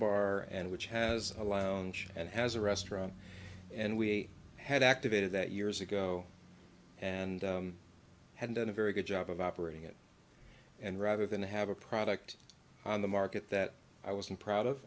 bar and which has a lounge and has a restaurant and we had activated that years ago and had done a very good job of operating it and rather than have a product on the market that i was in proud of